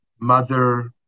mother